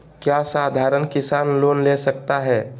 क्या साधरण किसान लोन ले सकता है?